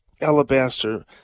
alabaster